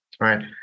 Right